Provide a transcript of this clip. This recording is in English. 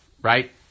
Right